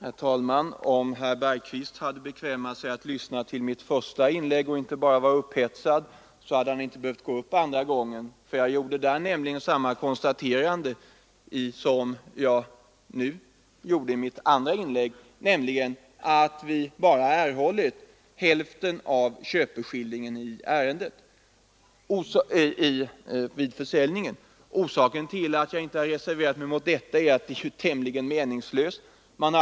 Herr talman! Om herr Bergqvist hade lyssnat till mitt första inlägg och inte varit så upphetsad, så hade jag inte behövt gå upp andra gången. Jag gjorde i mitt första inlägg samma konstaterande som i det andra, nämligen att vi bara erhållit hälften av köpeskillingen. Orsaken till att jag inte reserverat mig är att det skulle vara meningslöst i detta ärende.